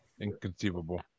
inconceivable